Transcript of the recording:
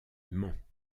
mans